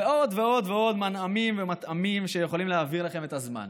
ועוד ועוד ועוד מנעמים ומטעמים שיכולים להעביר לכם את הזמן.